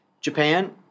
Japan